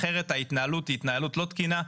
אחרת ההתנהלות היא התנהלות לא תקינה.